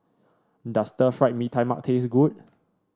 does Stir Fried Mee Tai Mak taste good